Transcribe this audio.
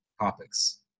topics